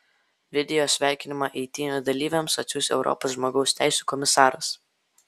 video sveikinimą eitynių dalyviams atsiųs europos žmogaus teisių komisaras